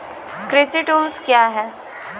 कृषि टुल्स क्या हैं?